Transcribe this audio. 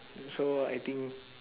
so I think